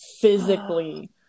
physically